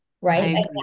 Right